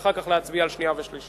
ואחר כך להצביע על שנייה ושלישית.